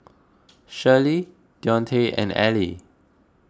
Shirley Deonte and Allie